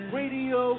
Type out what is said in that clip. radio